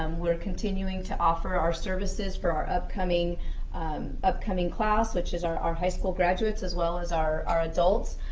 um we're continuing to offer our services for our upcoming upcoming class, which is our our high school graduates as well as our our adults.